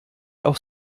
auf